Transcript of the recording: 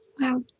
Wow